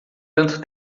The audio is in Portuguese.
tanto